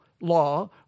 law